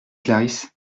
clarisse